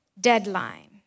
deadline